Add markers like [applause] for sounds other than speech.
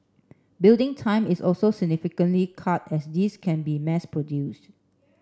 building time is also [unintelligible] cut as these can be mass produced